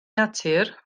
natur